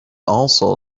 also